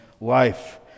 life